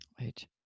Right